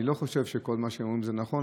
אני לא חושב שכל מה שהם אומרים זה נכון,